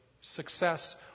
success